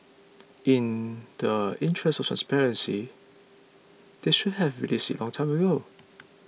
in the interest of transparency they should have released it long time ago